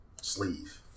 sleeve